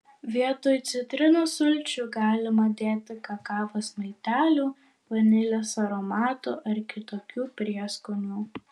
vietoj citrinos sulčių galima dėti kakavos miltelių vanilės aromato ar kitokių prieskonių